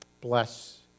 Bless